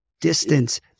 distance